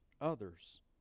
others